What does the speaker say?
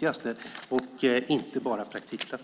praktikplatser är det viktigaste.